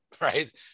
right